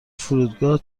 فرودگاه